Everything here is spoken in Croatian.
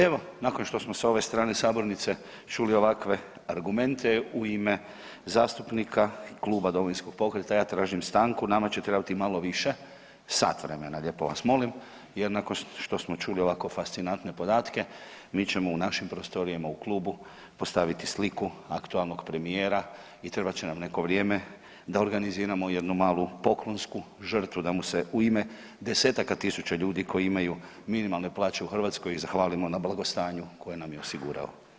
Evo nakon što smo s ove strane sabornice čuli ovakve argumente u ime zastupnika kuba Domovinskog pokreta ja tražim stanku, nama će trebati malo više, sat vremena lijepo vas molim jer nakon što smo čuli ovako fascinantne mi ćemo u našim prostorijama u klubu postaviti sliku aktualnog premijera i trebat će nam neko vrijeme da organiziramo jednu malu poklonsku žrtvu da mu se u ime desetaka tisuća ljudi koji imaju minimalne plaće u Hrvatskoj zahvalimo na blagostanju koje nam je osigurao.